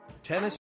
Tennis